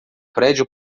prédio